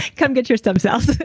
come get your stem cells